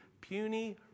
puny